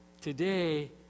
today